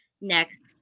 next